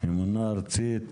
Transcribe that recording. ממונה ארצית